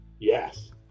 Yes